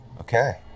Okay